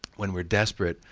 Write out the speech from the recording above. when we're desperate,